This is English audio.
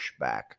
pushback